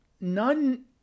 none